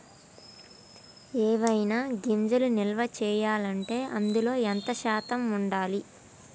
ఏవైనా గింజలు నిల్వ చేయాలంటే అందులో ఎంత శాతం ఉండాలి?